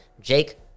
Jake